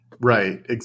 Right